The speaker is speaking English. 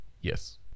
Yes